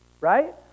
right